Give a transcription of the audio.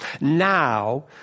now